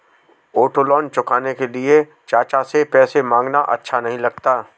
auto loan चुकाने के लिए चाचा से पैसे मांगना अच्छा नही लगता